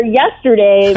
yesterday